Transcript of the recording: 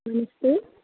नमस्ते